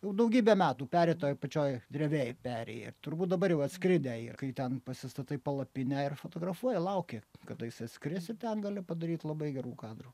jau daugybę metų peri toj pačioj drevėj peri jie turbūt dabar jau atskridę jie kai ten pasistatai palapinę ir fotografuoji lauki kada jisai atskris ir ten gali padaryt labai gerų kadrų